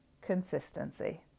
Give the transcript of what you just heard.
consistency